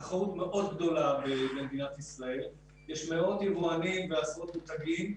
תחרות מאוד גדולה, יש מאות יבואנים ועשרות מותגים,